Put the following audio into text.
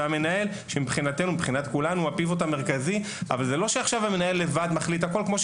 המנהל לא מחליט הכל לבד, כפי